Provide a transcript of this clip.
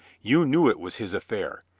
you knew it was his affair.